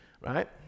right